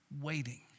waiting